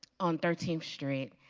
on thirteenth street,